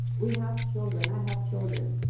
we have children, i have children.